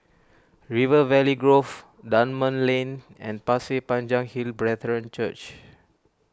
River Valley Grove Dunman Lane and Pasir Panjang Hill Brethren Church